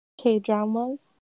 K-dramas